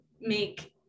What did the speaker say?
make